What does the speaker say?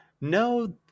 No